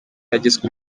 yagizwe